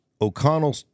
O'Connell